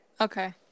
okay